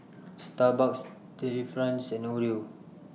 Starbucks Delifrance and Oreo